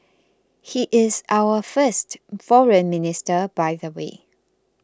he is our first Foreign Minister by the way